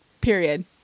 period